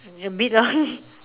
a bit lor